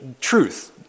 truth